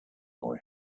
boy